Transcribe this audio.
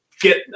get –